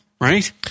right